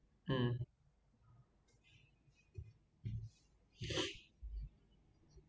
um